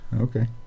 Okay